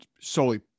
solely